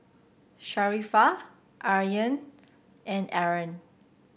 Sharifah Aryan and Aaron